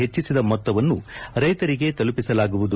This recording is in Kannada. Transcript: ಹೆಚ್ಚಿಸಿದ ಮೊತ್ತವನ್ನು ರೈತರಿಗೇ ತಲುಪಿಸಲಾಗುವುದು